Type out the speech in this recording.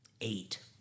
Eight